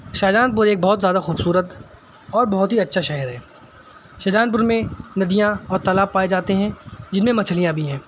شاہجہان پور ایک بہت زیادہ خوبصورت اور بہت ہی اچھا شہر ہے شاہجہان پور میں ندیاں اور تالاب پائے جاتے ہیں جن میں مچھلیاں بھی ہیں